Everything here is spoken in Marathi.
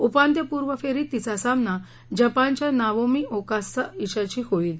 उपांत्यपूर्व फेरीत तीचा सामना जपानच्या नावोमी ओसाका हिच्याशी होईल